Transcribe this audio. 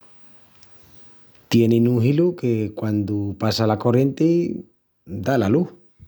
Tienin un hilu que quandu passa la corrienti da la lus.